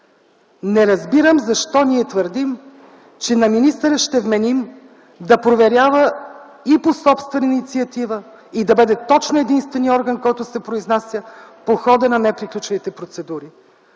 Не разбирам защо ние твърдим, че ще вменим на министъра да проверява и по собствена инициатива, и да бъде точно единственият орган, който се произнася по хода на неприключилите процедури!?